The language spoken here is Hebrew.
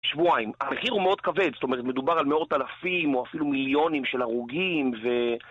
שבועיים. המחיר הוא מאוד כבד, זאת אומרת, מדובר על מאות אלפים או אפילו מיליונים של הרוגים ו...